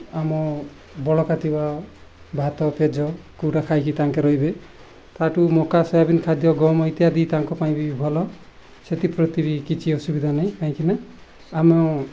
ଆମ ବଳକା ଥିବା ଭାତ ପେଜ କୁକୁଡ଼ା ଖାଇକି ତାଙ୍କେ ରହିବେ ତା'ଠୁ ମକା ଶୋୟାବିନ ଖାଦ୍ୟ ଗହମ ଇତ୍ୟାଦି ତାଙ୍କ ପାଇଁ ବି ଭଲ ସେଥିପ୍ରତି ବି କିଛି ଅସୁବିଧା ନାହିଁ କାହିଁକିନା ଆମ